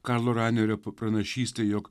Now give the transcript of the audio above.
karlo ranerio pranašystė jog